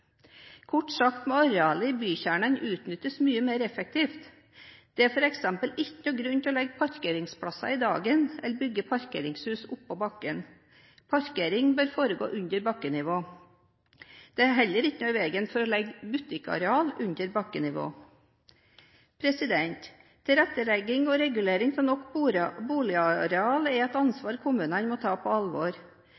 Kort sagt må arealet i bykjernen utnyttes mye mer effektivt. Det er f.eks. ikke noen grunn til å legge parkeringsplasser oppe i dagen eller bygge parkeringshus på bakkenivå. Parkering bør foregå under bakkenivå. Det er heller ikke noe i veien for å legge butikkarealer under bakkenivå. Tilrettelegging og regulering av nok boligareal er et